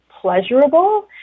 pleasurable